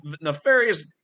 nefarious